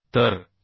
तर 454